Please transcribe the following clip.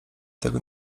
tego